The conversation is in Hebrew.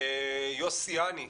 יוסי אני.